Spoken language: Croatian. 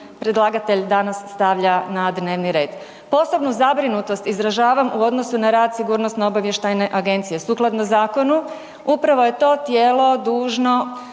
predlagatelj danas stavlja na dnevni red. Posebnu zabrinutost izražavam u odnosu na rad Sigurnosno obavještajne agencije. Sukladno zakonu upravo je to tijelo dužno